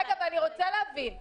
ואני רוצה להבין: